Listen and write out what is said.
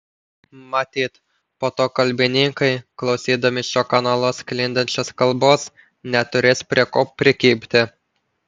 matyt po to kalbininkai klausydami šiuo kanalu sklindančios kalbos neturės prie ko prikibti